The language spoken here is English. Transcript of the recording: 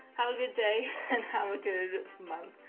have a good day and have a good month.